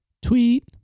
tweet